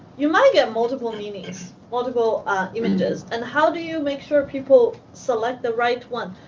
you might get multiple meanings multiple images. and how do you make sure people select the right one?